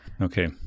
Okay